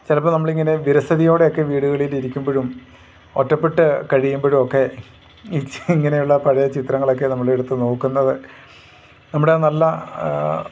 ചിലപ്പോൾ നമ്മളിങ്ങനെ വിരസതയോടെയൊക്കെ വീടുകളിലിരിക്കുമ്പോഴും ഒറ്റപ്പെട്ടു കഴിയുമ്പോഴും ഒക്കെ ഇച്ചിരി ഇങ്ങനെയുള്ള പഴയ ചിത്രങ്ങളൊക്കെ നമ്മളെടുത്ത് നോക്കുന്നത് നമ്മടെ ആ നല്ല